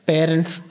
Parents